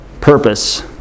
purpose